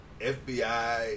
FBI